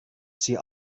sie